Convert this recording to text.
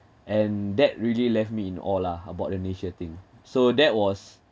and that really left me in awe lah about the nature thing so that was